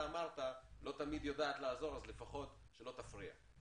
קרן ברוס שותפים ואנחנו תמיד מפנים את החבר'ה שלנו גם לקרן ברוס,